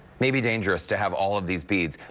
maybe dangerous to have all of these beads.